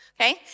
Okay